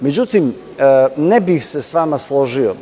Međutim, ne bih se sa vama složio.